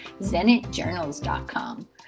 zenitjournals.com